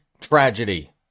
tragedy